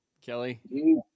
Kelly